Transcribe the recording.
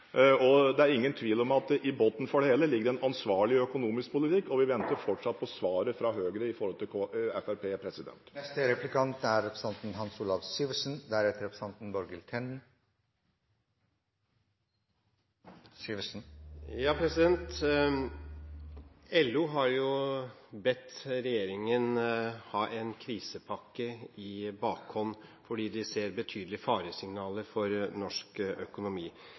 Det er ingen tvil om at i bunnen for det hele ligger det en ansvarlig økonomisk politikk, og vi venter fortsatt på svaret fra Høyre i forhold til Fremskrittspartiet. LO har bedt regjeringen ha en krisepakke i bakhånd, fordi de ser betydelige faresignaler for norsk økonomi.